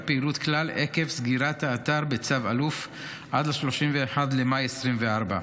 פעילות בכלל עקב סגירת האתר בצו אלוף עד ל-31 במאי 2024,